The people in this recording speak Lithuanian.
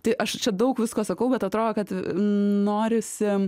tai aš čia daug visko sakau bet atrodo kad norisi